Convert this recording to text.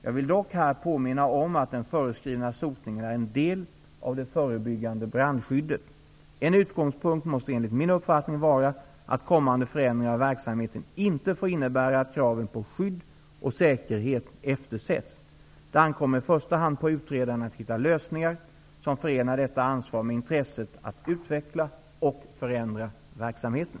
Jag vill dock här påminna om att den föreskrivna sotningen är en del av det förebyggande brandskyddet. En utgångspunkt måste enligt min uppfattning vara att kommande förändringar av verksamheten inte får innebära att kraven på skydd och säkerhet eftersätts. Det ankommer i första hand på utredaren att hitta lösningar, som förenar detta ansvar med intresset att utveckla och förändra verksamheten.